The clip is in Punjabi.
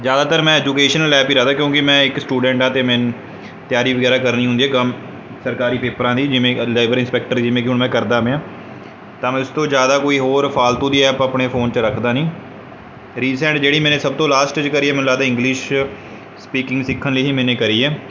ਜ਼ਿਆਦਾਤਰ ਮੈਂ ਐਜੂਕੇਸ਼ਨਲ ਐਪ ਹੀ ਰੱਖਦਾ ਕਿਉਂਕਿ ਮੈਂ ਇੱਕ ਸਟੂਡੈਂਟ ਹਾਂ ਅਤੇ ਮੈਨ ਤਿਆਰੀ ਵਗੈਰਾ ਕਰਨੀ ਹੁੰਦੀ ਹੈ ਕੰਮ ਸਰਕਾਰੀ ਪੇਪਰਾਂ ਦੀ ਜਿਵੇਂ ਲੇਬਰ ਇੰਸਪੈਕਟਰ ਜਿਵੇਂ ਕਿ ਹੁਣ ਮੈਂ ਕਰਦਾ ਪਿਆਂ ਤਾਂ ਮੈਂ ਇਸ ਤੋਂ ਜ਼ਿਆਦਾ ਕੋਈ ਹੋਰ ਫਾਲਤੂ ਦੀ ਐਪ ਆਪਣੇ ਫੋਨ 'ਚ ਰੱਖਦਾ ਨਹੀਂ ਰੀਸੈਂਟ ਜਿਹੜੀ ਮੈਨੇ ਸਭ ਤੋਂ ਲਾਸਟ 'ਚ ਕਰੀ ਮੈਨੂੰ ਲੱਗਦਾ ਇੰਗਲਿਸ਼ ਸਪੀਕਿੰਗ ਸਿੱਖਣ ਲਈ ਹੀ ਮੈਨੇ ਕਰੀ ਹੈ